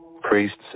priests